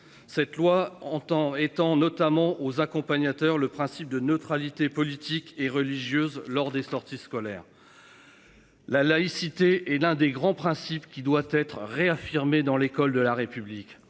Cette loi entend étant notamment aux accompagnateurs, le principe de neutralité politique et religieuse lors des sorties scolaires. La laïcité est l'un des grands principes qui doit être réaffirmée dans l'école de la République